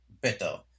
better